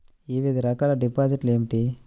వివిధ రకాల డిపాజిట్లు ఏమిటీ?